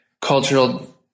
cultural